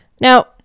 Now